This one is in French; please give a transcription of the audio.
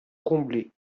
combler